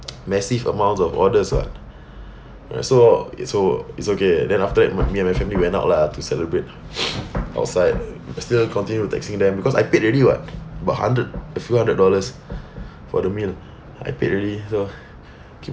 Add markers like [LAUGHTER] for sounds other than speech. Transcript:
[NOISE] massive amounts of orders [what] [BREATH] so so it's okay then after that me and my family went out lah to celebrate [NOISE] outside I still continue texting them because I paid already [what] about hundred a few hundred dollars [BREATH] for the meal I paid already so [BREATH]